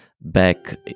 back